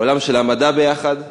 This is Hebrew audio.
העולם של המדע יחד.